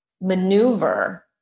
maneuver